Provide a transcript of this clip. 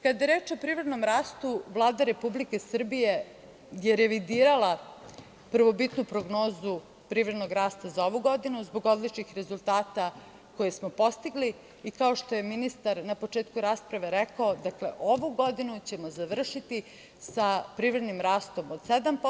Kada je reč o privrednom rastu Vlada Republike Srbije je revidirala prvobitnu prognozu privrednog rasta za ovu godinu zbog odličnih rezultata koje smo postigli i kao što je ministar na početku rasprave rekao, ovu godinu ćemo završiti sa privrednim rastom od 7%